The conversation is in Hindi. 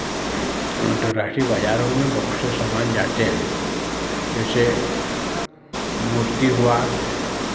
अंतर्राष्ट्रीय बाज़ारों में बहुत से सामान जाते हैं जैसे मूर्ति हुआ